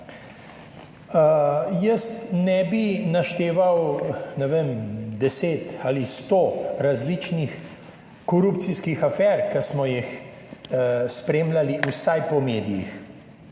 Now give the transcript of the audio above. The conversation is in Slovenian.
Jaz ne bi našteval, ne vem, deset ali sto različnih korupcijskih afer, ki smo jih spremljali vsaj po medijih.